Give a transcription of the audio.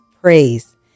praise